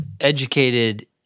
educated